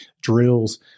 drills